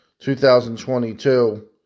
2022